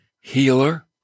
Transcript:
healer